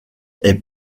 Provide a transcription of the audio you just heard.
est